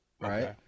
right